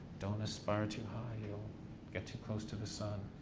don't aspire too high, you'll get too close to the sun.